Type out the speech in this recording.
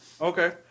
Okay